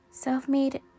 Self-made